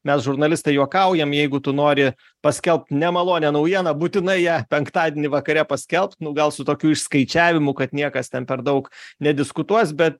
mes žurnalistai juokaujam jeigu tu nori paskelbt nemalonią naujieną būtinai ją penktadienį vakare paskelbt nu gal su tokiu išskaičiavimu kad niekas ten per daug nediskutuos bet